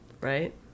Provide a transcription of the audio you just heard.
Right